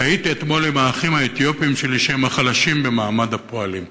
כי הייתי אתמול עם האחים האתיופים שלי שהם החלשים במעמד הפועלים,